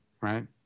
right